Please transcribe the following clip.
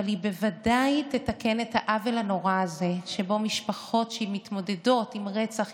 אבל היא בוודאי תתקן את העוול הנורא הזה שבו משפחות שמתמודדות עם רצח,